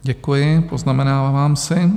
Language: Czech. Děkuji, poznamenávám si.